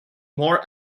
more